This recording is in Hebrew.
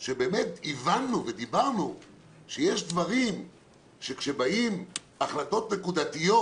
שבאמת הבנו ודיברנו שיש דברים שכשבאים להחלטות נקודתיות